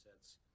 sets